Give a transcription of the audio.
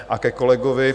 A ke kolegovi.